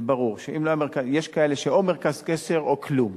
זה ברור, יש כאלה, או מרכז קשר או כלום,